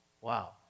Wow